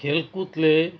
खेलकुदले